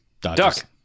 duck